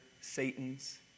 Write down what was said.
Satan's